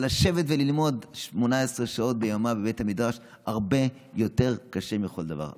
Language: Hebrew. אבל לשבת וללמוד 18 שעות ביממה בבית המדרש הרבה יותר קשה מכל דבר אחר.